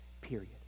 period